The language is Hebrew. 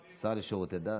השר לשירותי דת.